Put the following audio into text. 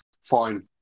fine